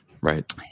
Right